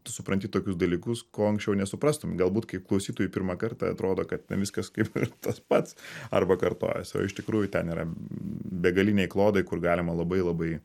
supranti tokius dalykus ko anksčiau nesuprastum galbūt kaip klausytojui pirmą kartą atrodo kad viskas kaip ir tas pats arba kartojasi o iš tikrųjų ten yra begaliniai klodai kur galima labai labai